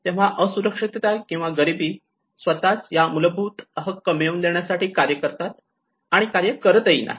तेव्हा असुरक्षितता किंवा गरीबी स्वतःच या मूलभूत हक्क मिळवून देण्यासाठी कार्य करतात आणि कार्य करतही नाही